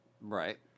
Right